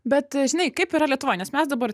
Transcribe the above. bet žinai kaip yra lietuvoj nes mes dabar